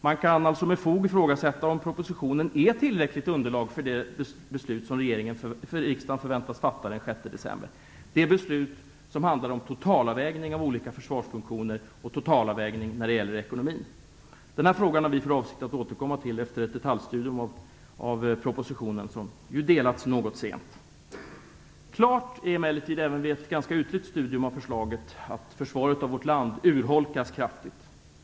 Man kan alltså med fog ifrågasätta om propositionen är tillräckligt underlag för det beslut som riksdagen förväntas fatta den 6 december, det beslut som handlar om totalavvägning av olika försvarsfunktioner och när det gäller ekonomin. Denna fråga har vi för avsikt att återkomma till efter ett detaljstudium av propositionen, som ju har delats ut något sent. Klart är emellertid även vid ett ganska ytligt studium av förslaget att försvaret av vårt land urholkats kraftigt.